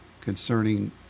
concerning